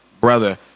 brother